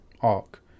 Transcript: arc